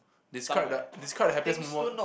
describe the describe the happiest moment